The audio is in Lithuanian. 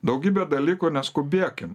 daugybė dalykų neskubėkim